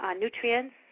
nutrients